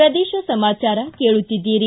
ಪ್ರದೇಶ ಸಮಾಚಾರ ಕೇಳುತ್ತೀದ್ದಿರಿ